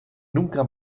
nunca